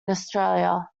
australia